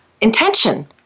intention